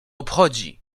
obchodzi